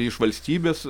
iš valstybės